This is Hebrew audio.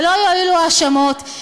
ולא יועילו ההאשמות,